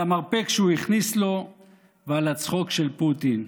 על המרפק שהוא הכניס לו ועל הצחוק של פוטין.